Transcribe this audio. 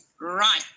right